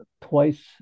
twice